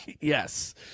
Yes